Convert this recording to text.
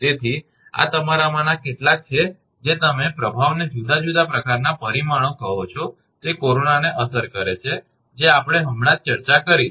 તેથી આ તમારામાંના કેટલાક છે જે તમે પ્રભાવને જુદા જુદા પ્રકારનાં પરિમાણો કહો છો તે કોરોનાને અસર કરે છે જે આપણે હમણાં જ ચર્ચા કરી છે